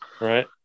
right